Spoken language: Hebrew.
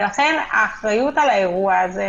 לכן האחריות על האירוע הזה